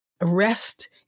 Rest